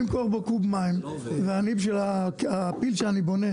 למכור קוב מים ואני בשביל הפיל שאני בונה,